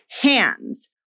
hands